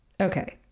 Okay